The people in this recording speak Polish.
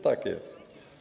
Tak jest.